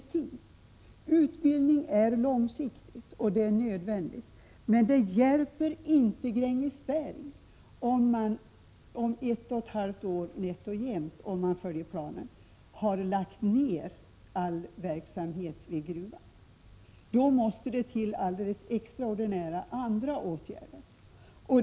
Utbildning är långsiktigt nödvändig men hjälper inte Grängesberg inom en tid av nätt och jämnt ett och ett halvt år, då man enligt planen skall ha lagt ned all verksamhet vid gruvan. Det måste därför till extraordinära åtgärder av annat slag.